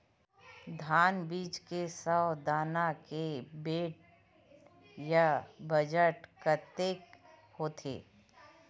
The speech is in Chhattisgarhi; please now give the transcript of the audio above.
धान बीज के सौ दाना के वेट या बजन कतके होथे?